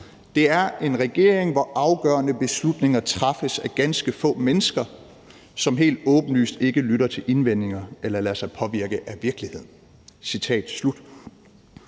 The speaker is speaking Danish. Det er en regering, hvor afgørende beslutninger træffes af ganske få mennesker, som helt åbenlyst ikke lytter til indvendinger eller lader sig påvirke af virkeligheden.«